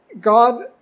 God